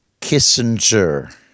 Kissinger